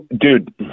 Dude